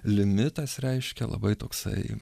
limitas reiškia labai toksai